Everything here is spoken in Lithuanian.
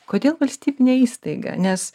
kodėl valstybinė įstaiga nes